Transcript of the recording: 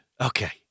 Okay